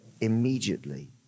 immediately